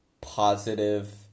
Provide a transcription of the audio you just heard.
positive